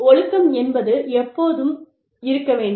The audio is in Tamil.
ஒழுக்கம் என்பது எப்போதும் இருக்க வேண்டும்